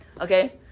okay